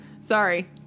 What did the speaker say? Sorry